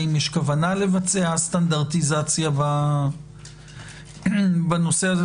האם יש כוונה לבצע סטנדרטיזציה בנושא הזה?